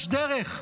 יש דרך.